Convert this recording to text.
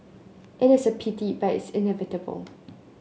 it is a pity but it's inevitable